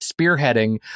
spearheading